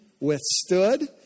withstood